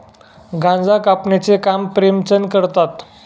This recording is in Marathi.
गांजा कापण्याचे काम प्रेमचंद करतात